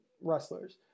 wrestlers